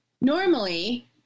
normally